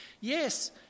Yes